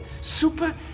super